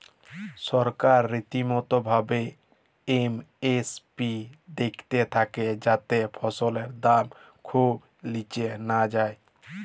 সরকার রীতিমতো ভাবে এম.এস.পি দ্যাখতে থাক্যে যাতে ফসলের দাম খুব নিচে না যায়